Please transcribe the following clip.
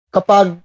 Kapag